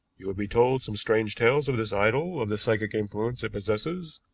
you would be told some strange tales of this idol, of the psychic influence it possesses,